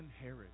Herod